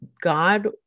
God